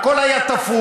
הכול היה תפור.